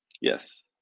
yes